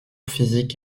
physique